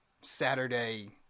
Saturday